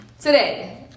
today